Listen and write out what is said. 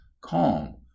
calm